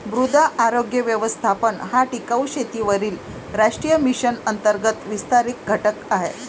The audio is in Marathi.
मृदा आरोग्य व्यवस्थापन हा टिकाऊ शेतीवरील राष्ट्रीय मिशन अंतर्गत विस्तारित घटक आहे